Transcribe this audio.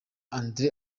andre